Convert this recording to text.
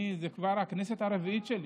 זו כבר הכנסת הרביעית שלי.